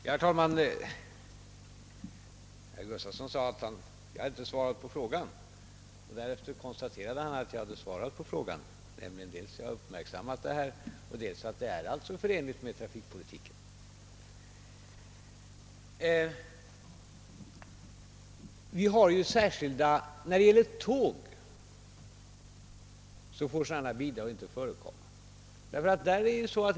Herr talman! Herr Gustavsson i Al vesta sade först, att jag inte svarat på frågan. Därefter konstaterade han att jag hade svarat på frågan och sagt dels att jag uppmärksammat detta och dels att jag finner det vara förenligt med trafikpolitiken. När det gäller tågtrafiken får sådana bidrag inte förekomma.